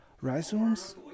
rhizomes